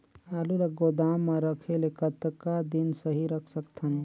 आलू ल गोदाम म रखे ले कतका दिन सही रख सकथन?